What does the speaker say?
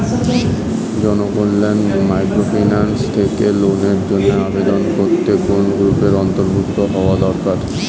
Janakalyan microfinance থেকে লোনের জন্য আবেদন করতে কোন গ্রুপের অন্তর্ভুক্ত হওয়া দরকার?